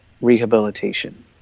rehabilitation